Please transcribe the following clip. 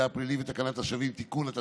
הפלילי ותקנת חוק ותקנת השבים (תיקון),